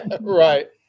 Right